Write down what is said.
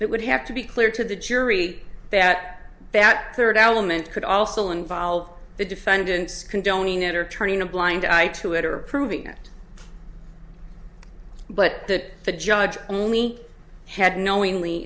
it would have to be clear to the jury that that third element could also involve the defendant's condoning it or turning a blind eye to it or proving it but that the judge only had knowingly